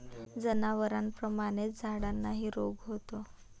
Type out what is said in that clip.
जनावरांप्रमाणेच झाडांनाही रोग होतो